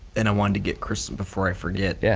and i wanted to get kristin before i forget, yeah